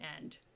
end